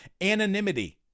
Anonymity